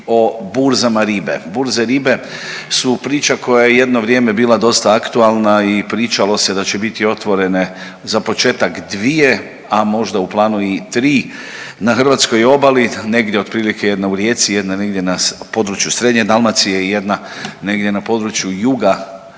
o burzama ribe. Burze ribe su priča koja je jedno vrijeme bila dosta aktualna i pričalo se da će biti otvorene za početak dvije, a možda u planu i tri na hrvatskoj obali negdje otprilike jedna u Rijeci jedna negdje na području Srednje Dalmacije, jedna negdje na području Juga